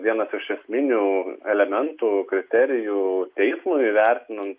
vienas iš esminių elementų kriterijų teismui įvertinant